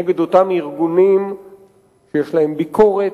נגד אותם ארגונים שיש להם ביקורת,